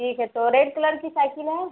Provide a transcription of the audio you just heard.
ठीक है तो रेड कलर की साइकिल है